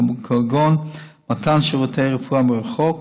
כגון מתן שירותי רפואה מרחוק,